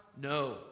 No